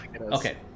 Okay